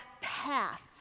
path